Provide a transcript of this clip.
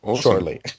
shortly